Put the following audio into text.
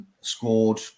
Scored